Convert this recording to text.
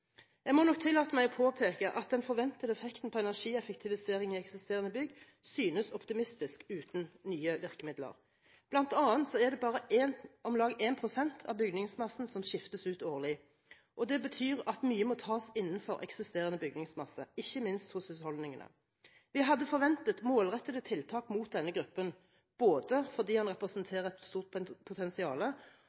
Jeg må nok tillate meg å påpeke at den forventede effekten på energieffektivisering i eksisterende bygg synes optimistisk uten nye virkemidler. Blant annet er det bare om lag 1 pst. av bygningsmassen som skiftes ut årlig. Det betyr at mye må tas innenfor eksisterende bygningsmasse, ikke minst hos husholdningene. Vi hadde forventet målrettede tiltak mot denne gruppen, både fordi den representerer et stort potensial,